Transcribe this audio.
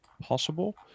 possible